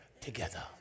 together